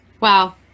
Wow